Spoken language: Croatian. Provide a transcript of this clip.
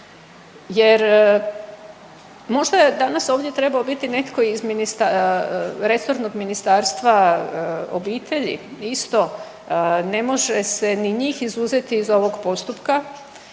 jer možda je danas ovdje trebao biti netko iz resornog ministarstva obitelji isto, ne može se ni njih izuzeti iz ovog postupka.